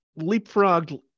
leapfrogged